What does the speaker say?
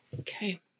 Okay